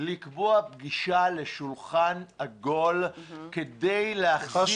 לקבוע פגישה לשולחן עגול כדי להחזיר את האמון.